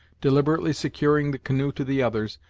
deliberately securing the canoe to the others,